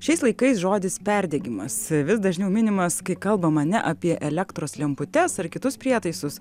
šiais laikais žodis perdegimas vis dažniau minimas kai kalbama ne apie elektros lemputes ar kitus prietaisus